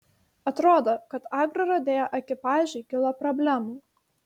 atrodo kad agrorodeo ekipažui kilo problemų